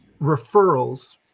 referrals